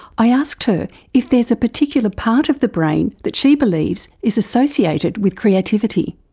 i asked her if there is a particular part of the brain that she believes is associated with creativity.